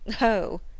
Oh